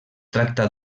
tracta